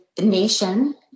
nation